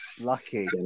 lucky